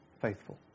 faithful